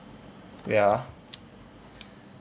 ya